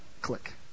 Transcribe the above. Click